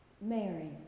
Mary